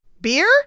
beer